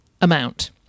amount